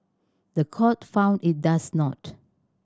the court found it does not